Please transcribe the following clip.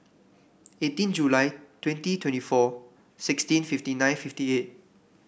eighteen July twenty twenty four sixteen fifty nine fifty eight